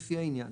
לפי העניין.